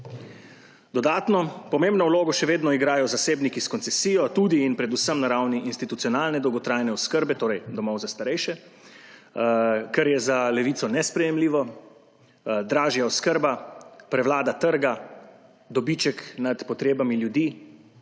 Pomembno vlogo še vedno igrajo zasebniki s koncesijo tudi in predvsem na ravni institucionalne dolgotrajne oskrbe, torej domov za starejše, kar je za Levico nesprejemljivo, dražja oskrba, prevlada trga, dobiček nad potrebami ljudi.